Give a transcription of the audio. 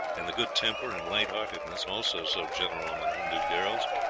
and the good temper and lightheartedness, also so general among hindu girls,